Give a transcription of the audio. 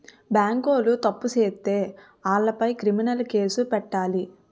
బేంకోలు తప్పు సేత్తే ఆలపై క్రిమినలు కేసులు పెట్టాలి